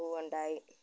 പൂവ് ഉണ്ടായി